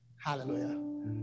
Hallelujah